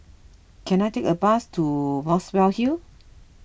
can I take a bus to Muswell Hill